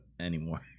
anymore